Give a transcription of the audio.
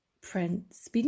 Prince